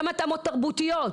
גם התאמות תרבותיות,